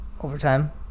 overtime